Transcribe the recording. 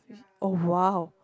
oh !wow!